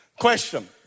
Question